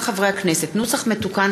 חמד עמאר,